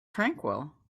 tranquil